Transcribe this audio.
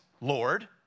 Lord